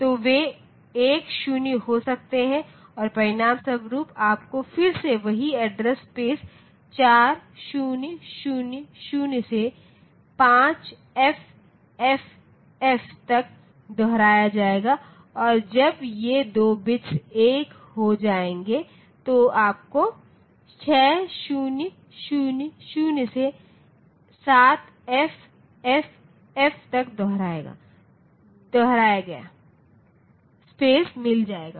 तो वे 1 0 हो सकते हैं और परिणामस्वरूप आपको फिर से वही एड्रेस स्पेस 4000 से 5FFF तक दोहराया जाएगा और जब ये 2 बिट्स 1 हो जाएंगे तो आपको 6000 से 7FFF तक दोहराया गया स्पेस मिल जाएगा